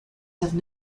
have